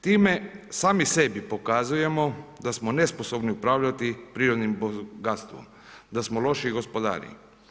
Time sami sebi pokazujemo da smo nesposobni upravljati prirodnim bogatstvom, da smo loši gospodari.